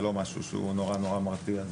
זה לא משהו שהוא נורא נורא מרתיע,